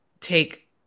take